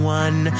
one